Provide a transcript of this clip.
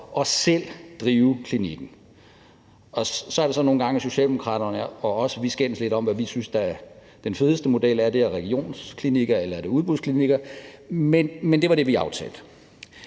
og selv drive klinikken. Og så er det nogle gange, at Socialdemokraterne og vi skændes lidt om, hvad vi synes er den fedeste model – om det er regionsklinikker, eller om det er udbudsklinikker – men det var det, vi aftalte.